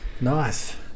Nice